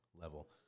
level